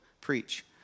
preach